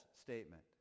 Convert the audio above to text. statement